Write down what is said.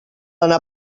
anar